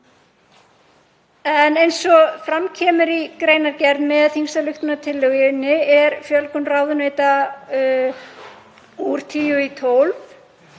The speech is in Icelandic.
Eins og fram kemur í greinargerð með þingsályktunartillögunni er fjölgun ráðuneyta úr tíu í tólf